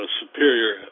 superior